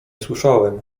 słyszałem